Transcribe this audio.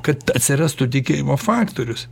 kad atsirastų tikėjimo faktorius